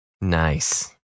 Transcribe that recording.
Nice